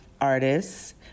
artists